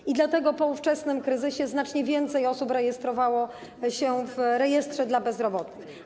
I dlatego po ówczesnym kryzysie znacznie więcej osób rejestrowało się w rejestrze bezrobotnych.